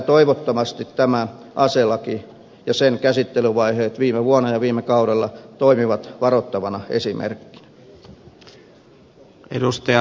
toivottavasti tämä aselaki ja sen käsittelyvaiheet viime vuonna ja viime kaudella toimivat varoittavana esimerkkinä